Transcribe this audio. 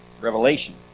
revelation